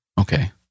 Okay